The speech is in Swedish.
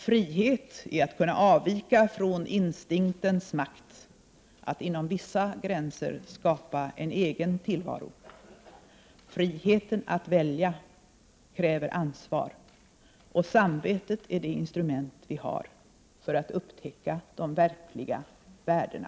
Frihet är att kunna avvika från instinktens makt, att inom vissa gränser skapa en egen tillvaro. Friheten att välja kräver ansvar och samvetet är det instrument vi har för att upptäcka de verkliga värdena.”